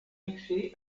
accès